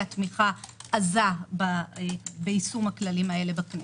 תמיכה עזה ביישום הכללים האלה בכנסת.